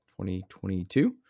2022